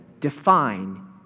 define